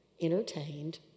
entertained